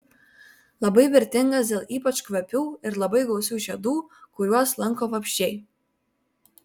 labai vertingas dėl ypač kvapių ir labai gausių žiedų kuriuos lanko vabzdžiai